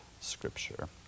Scripture